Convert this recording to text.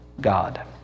God